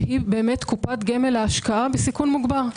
שאם קופת גמל להשקעה בסיכון מוגבר,